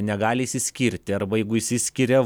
negali išsiskirti arba jeigu išsiskiria